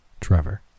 Trevor